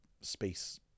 space